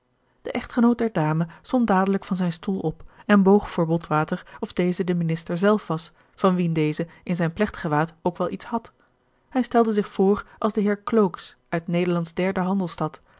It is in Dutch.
de echtgenoot der dame stond dadelijk van zijn stoel op en boog voor botwater of deze de minister zelf was van wien deze in zijn plechtgewaad ook wel iets had hij stelde zich voor als de heer klooks uit nederlands derde